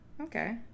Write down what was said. Okay